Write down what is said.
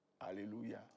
Hallelujah